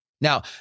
Now